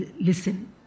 listen